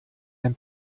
ein